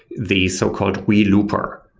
the so-called relooper,